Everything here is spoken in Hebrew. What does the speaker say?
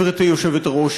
גברתי השרה,